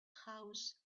house